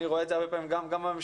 אני רואה את זה הרבה פעמים גם בממשלה.